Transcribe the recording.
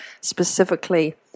specifically